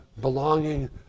belonging